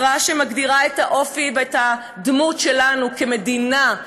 הכרעה שמגדירה את האופי ואת הדמות שלנו כמדינה,